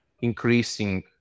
increasing